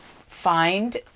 find